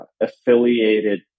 affiliated